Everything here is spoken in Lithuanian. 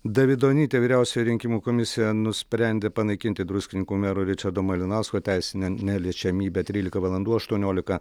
davidonytė vyriausioji rinkimų komisija nusprendė panaikinti druskininkų mero ričardo malinausko teisinę neliečiamybę trylika valandų aštuoniolika